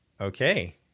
Okay